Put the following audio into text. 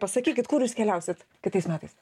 pasakykit kur jūs keliausit kitais metais